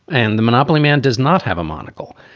and the monopoly man does not have a monocle.